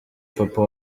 papa